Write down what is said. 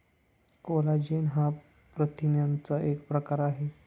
collagen हा प्रथिनांचा एक प्रकार आहे